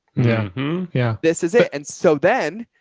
yeah this is it. and so then.